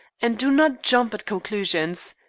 and do not jump at conclusions.